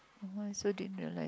why so dangerous